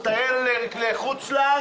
מטייל לחו"ל.